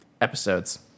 episodes